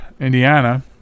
Indiana